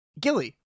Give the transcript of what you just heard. Gilly